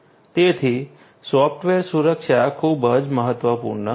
તેથી સોફ્ટવેર સુરક્ષા ખૂબ જ મહત્વપૂર્ણ છે